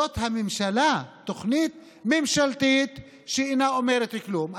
זו הממשלה, תוכנית ממשלתית שאינה אומרת לי כלום.